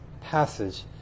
passage